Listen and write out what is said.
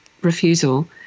refusal